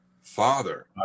father